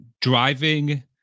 driving